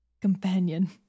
companion